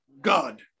God